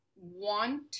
want